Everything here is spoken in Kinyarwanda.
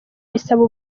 bisaba